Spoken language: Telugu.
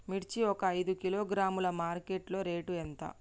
మిర్చి ఒక ఐదు కిలోగ్రాముల మార్కెట్ లో రేటు ఎంత?